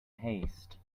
haste